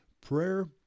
prayer